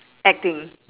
acting